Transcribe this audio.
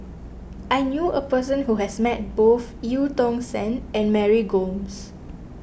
I knew a person who has met both Eu Tong Sen and Mary Gomes